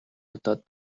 удаад